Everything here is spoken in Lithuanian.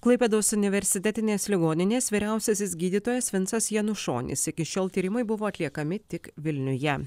klaipėdos universitetinės ligoninės vyriausiasis gydytojas vinsas janušonis iki šiol tyrimai buvo atliekami tik vilniuje